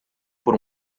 por